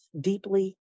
deeply